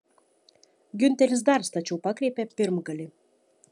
giunteris dar stačiau pakreipė pirmgalį